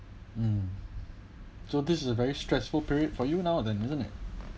mm so this is a very stressful period for you now then isn't it